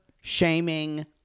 shaming